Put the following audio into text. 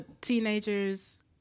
teenagers